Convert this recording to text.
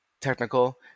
technical